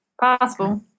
possible